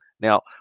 Now